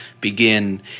begin